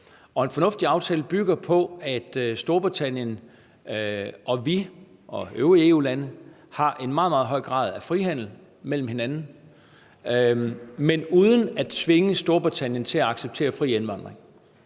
en fornuftig aftale bygger på, at Storbritannien og vi og øvrige EU-lande har en meget, meget høj grad af frihandel mellem hinanden, men uden at tvinge Storbritannien til at acceptere fri indvandring.